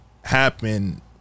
happen